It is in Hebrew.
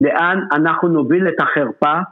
‫לאן אנחנו נוביל את החרפה?